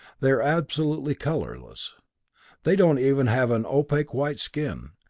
they are absolutely colorless they don't even have an opaque white skin.